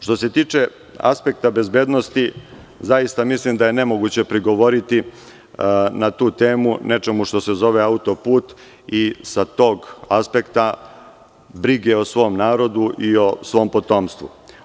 Što se tiče aspekta bezbednosti, zaista mislim da je nemoguće prigovoriti na tu temu nečemu što se zove autoput i sa tog aspekta brige o svom narodu i o svom potomstvu.